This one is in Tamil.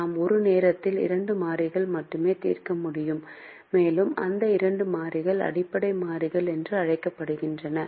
நாம் ஒரு நேரத்தில் 2 மாறிகள் மட்டுமே தீர்க்க முடியும் மேலும் அந்த 2 மாறிகள் அடிப்படை மாறிகள் என்று அழைக்கப்படுகின்றன